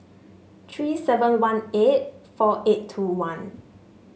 three seven one eight four eight two one